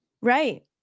right